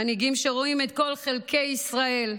מנהיגים שרואים את כל חלקי ישראל,